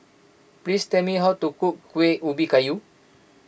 please tell me how to cook Kueh Ubi Kayu